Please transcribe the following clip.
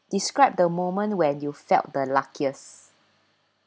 describe the moment when you felt the luckiest